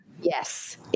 yes